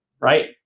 Right